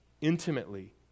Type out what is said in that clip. intimately